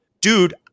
dude